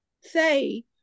say